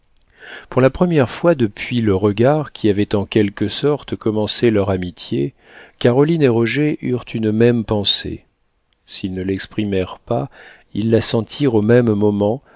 pour la première fois depuis le regard qui avait en quelque sorte commencé leur amitié caroline et roger eurent une même pensée s'ils ne l'exprimèrent pas ils la sentirent au même moment